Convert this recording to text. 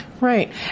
Right